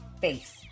face